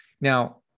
Now